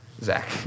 Zach